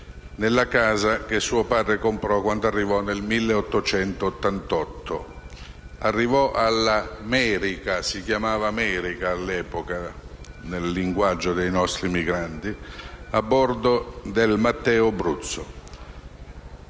nella casa che suo padre comprò quando, nel 1888, arrivò alla "Merica"» - si chiamava "Merica" allora, nel linguaggio dei nostri migranti - «a bordo del Matteo Bruzzo.